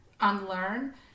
unlearn